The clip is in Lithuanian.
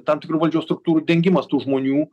tam tikrų valdžios struktūrų dingimas tų žmonių